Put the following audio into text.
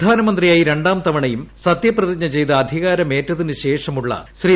പ്രധാനമന്ത്രിയായി രണ്ടാം തവണയും സത്യപ്രതിജ്ഞ ചെയ്ത് അധികാരമേറ്റതിനുശേഷമുള്ള ശ്രീ